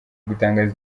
gutangaza